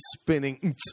spinning